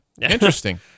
Interesting